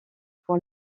pour